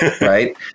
right